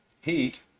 heat